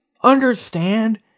understand